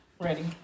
Ready